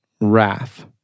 wrath